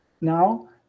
now